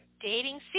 dating